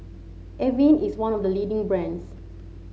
Avene is one of the leading brands